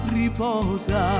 riposa